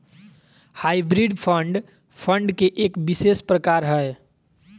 hybrid fund, fund के एक विशेष प्रकार हय